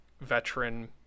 veteran